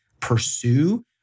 pursue